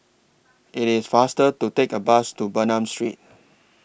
IT IS faster to Take A Bus to Bernam Street